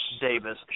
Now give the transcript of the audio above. Davis